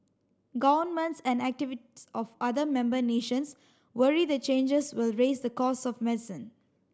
governments and activists of other member nations worry the changes will raise the costs of medicine